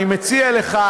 אני מציע לך,